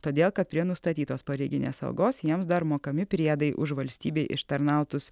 todėl kad prie nustatytos pareiginės algos jiems dar mokami priedai už valstybei ištarnautus